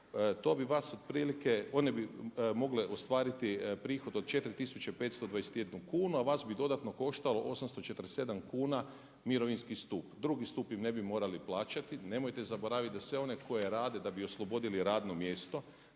to bi vas otprilike, one bi mogle ostvariti prihod od 4521 kunu, a vas bi dodatno koštalo 847 mirovinski stup. Drugi stup im ne bi morali plaćati. Nemojte zaboraviti da sve one koje rade da bi oslobodili radno mjesto,